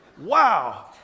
Wow